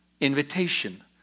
invitation